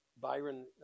Byron